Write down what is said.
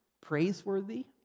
praiseworthy